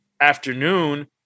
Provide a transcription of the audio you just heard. afternoon